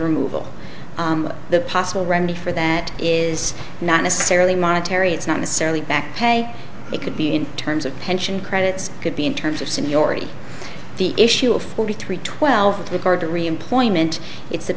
removal of the possible remedy for that is not necessarily monetary it's not necessarily backpay it could be in terms of pension credits could be in terms of seniority the issue of forty three twelve the guard to reemployment i